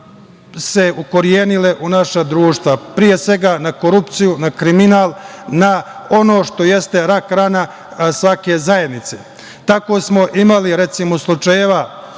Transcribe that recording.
se ukorenile u naša društva. Pre svega na korupciju, na kriminal, na ono što jeste rak-rana svake zajednice. Tako smo imali, recimo, slučajeva